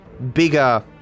bigger